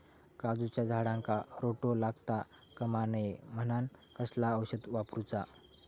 काजूच्या झाडांका रोटो लागता कमा नये म्हनान कसला औषध वापरूचा?